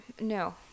no